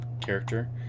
character